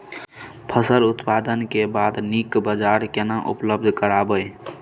फसल उत्पादन के बाद नीक बाजार केना उपलब्ध कराबै?